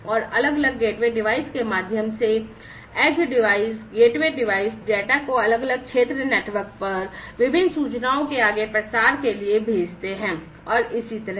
और अलग अलग गेटवे डिवाइस के माध्यम से edge device gateway device data को अलग अलग क्षेत्र नेटवर्क पर विभिन्न सूचनाओं के आगे प्रसार के लिए भेजते है और इसी तरह